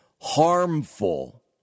harmful